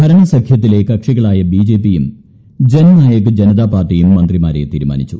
ഭരണസഖ്യത്തിലെ കക്ഷികളായ ബിജെപിയും ജൻനായക് ജനത പാർട്ടിയും മന്ത്രിമാരെ തീരുമാനിച്ചു